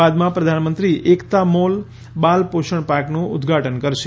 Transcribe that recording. બાદમાં પ્રધાનમંત્રી એકતા મોલ બાલ પોષણ પાર્કનું ઉધ્ધાટન કરશે